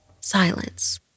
silence